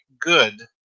good